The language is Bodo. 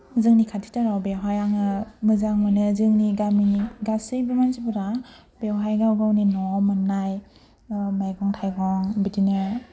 जोंनि खाथिथाराव बेवहाय आङो मोजां मोनो जोंनि गामिनि गासैबो मानसिफोरा बेवहाय गाव गावनि न'आव मोननाय मैंग थाइगं बिदिनो